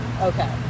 Okay